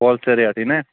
ہول sale ریٹھٕے نا